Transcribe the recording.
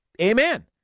Amen